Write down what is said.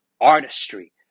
artistry